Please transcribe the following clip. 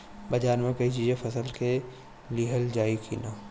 बाजार से कोई चीज फसल के लिहल जाई किना?